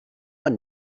ond